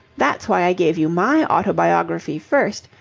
that's why i gave you my autobiography first,